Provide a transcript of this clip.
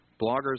Bloggers